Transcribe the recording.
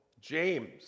James